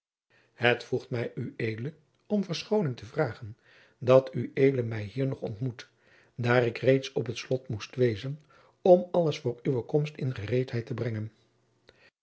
het voegt mij ued om verschoning te vragen dat ued mij hier nog ontmoet daar ik reeds op het slot moest wezen om alles voor uwe komst in gereedheid te brengen